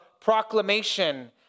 proclamation